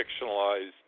fictionalized